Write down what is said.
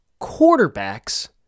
quarterbacks